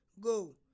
go